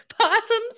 possums